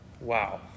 Wow